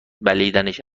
بلعیدنش